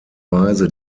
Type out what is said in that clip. weise